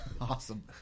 Awesome